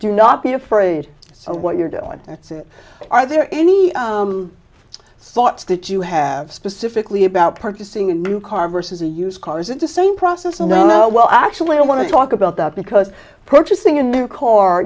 do not be afraid so what you're doing that's it are there any thoughts that you have specifically about purchasing a new car versus a used car is it the same process no no well actually i want to talk about that because purchasing a new car